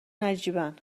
نجیبن